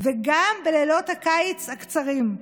וגם בלילות הקיץ הקצרים.